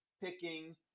picking